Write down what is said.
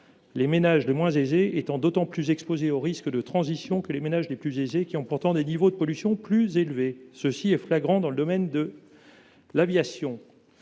les ménages les moins aisés étant beaucoup plus exposés aux risques de transition que les ménages les plus aisés, qui ont pourtant des niveaux de pollution plus élevés. Ce phénomène est flagrant dans le domaine de l’aviation.